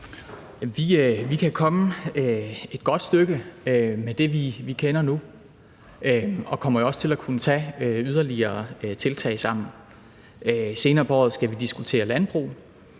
Vi kan komme et godt stykke med det, vi kender nu, og vi kommer jo også til at kunne tage yderligere tiltag sammen. Senere på året skal vi diskutere landbrug,